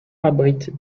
abritent